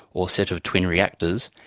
or set of twin reactors,